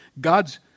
God's